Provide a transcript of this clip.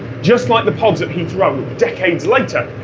just like the pods at heathrow decades later,